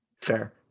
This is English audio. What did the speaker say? Fair